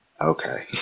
okay